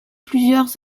plusieurs